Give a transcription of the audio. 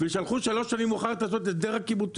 ושלחו שלוש שנים מאוחר יותר לעשות את הסדר הקיבוצים,